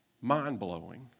mind-blowing